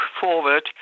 forward